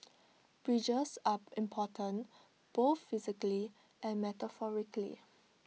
bridges are important both physically and metaphorically